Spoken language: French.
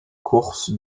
courses